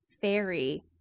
Fairy